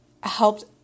helped